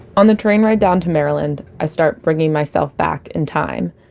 on the train ride down to maryland, i start bringing myself back in time,